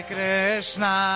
Krishna